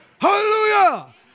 Hallelujah